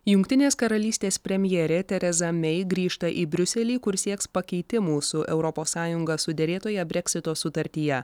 jungtinės karalystės premjerė tereza mei grįžta į briuselį kur sieks pakeitimų su europos sąjunga suderėtoje breksito sutartyje